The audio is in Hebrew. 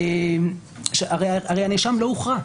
הרי הנאשם לא הורשע,